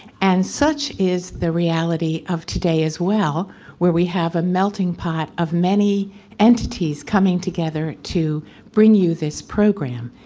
and such is the reality of today as well where we have a melting pot of many entities coming together to bring you this program.